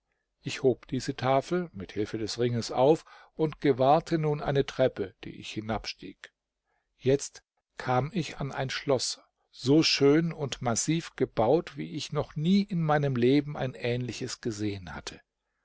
ich hob diese tafel mit hilfe des ringes auf und gewahrte nun eine treppe die ich hinabstieg jetzt kam ich an ein schloß so schön und massiv gebaut wie ich noch nie in meinem leben ein ähnliches gesehen hatte